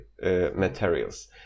materials